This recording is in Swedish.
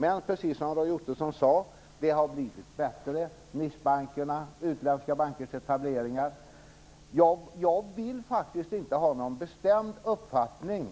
Men det har blivit bättre, precis som Roy Ottosson sade, i och med nischbankernas och de utländska bankernas etableringar. Jag vill faktiskt inte ha någon bestämd uppfattning